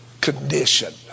condition